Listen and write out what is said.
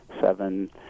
seven